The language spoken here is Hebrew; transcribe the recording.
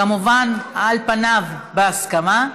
כמובן, על פניו בהסכמה.